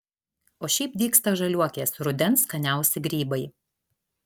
o šiaip dygsta žaliuokės rudens skaniausi grybai